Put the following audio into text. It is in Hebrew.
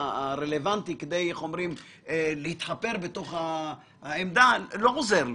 הרלוונטי כדי להתחפר בתוך העמדה - לא עוזר לי.